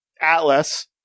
Atlas